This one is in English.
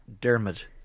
Dermot